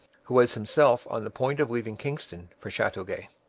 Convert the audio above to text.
who was himself on the point of leaving kingston for chateauguay.